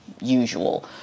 usual